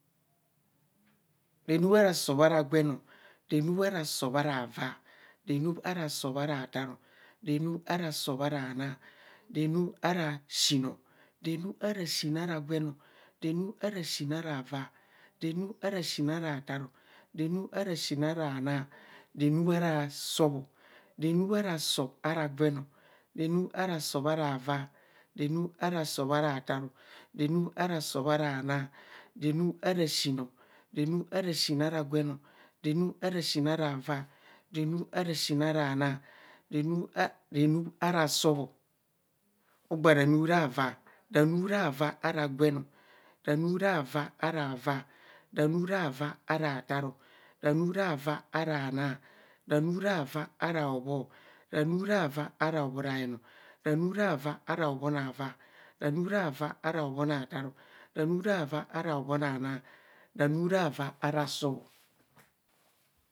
Renub ara sọb ara gwen o. renub ara sọbara vaa, renub ara sọb ara baaro. renub ara sob ara naa. renub are siin o renub ara siin ara gwen o. renub ara siin ara vaa. renub ara siin ara tasrọ. renu ara siin ara naa. ra nu ra vaa. ranu ravas ara gwen. ranu rawaa ara avaa. ranu rava ara taaro, ranu rava ara naa. ranu rava aroi hobho. ranu rava ara hobho rayenranu rava ara hobho na vaa. ranu ravs ars are hobho naa taaro. ranu rava ara sọb o